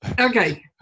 okay